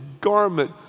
garment